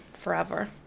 forever